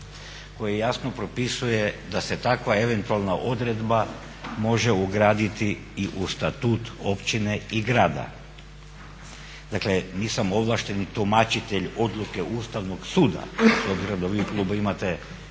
2.koji jasno propisuje da se takva eventualna odredba može ugraditi i u Statut općine i grada. Dakle, nisam ovlašteni tumačitelj odluke Ustavnog suda s obzirom